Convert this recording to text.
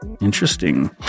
Interesting